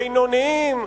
בינוניים,